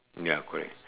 ya correct